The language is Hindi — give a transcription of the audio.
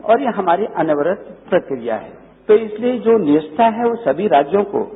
और ये हमारी अनवरत प्रक्रिया है तो इसलिए जो व्यवस्था है वो समी राज्यों को है